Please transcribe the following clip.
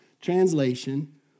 translation